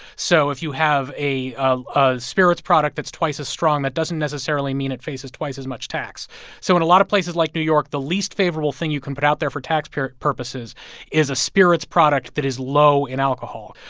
so if you have a ah a spirits product that's twice as strong, that doesn't necessarily mean it faces twice as much tax so in a lot of places like new york, the least favorable thing you can put out there for taxpayer purposes is a spirits product that is low in alcohol.